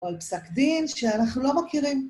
או על פסק דין כשאנחנו לא מכירים.